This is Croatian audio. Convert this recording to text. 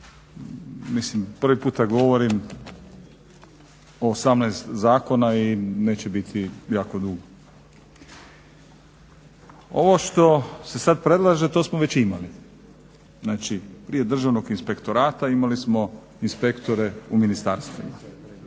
kolege. Prvi puta govorim o 18 zakona i neće biti jako dug. Ovo što se sad predlaže to smo već imali, znači prije Državnog inspektorata imali smo inspektore u ministarstvima.